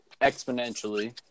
exponentially